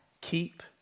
Keep